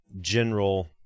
general